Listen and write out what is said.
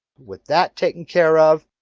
with that taken care of,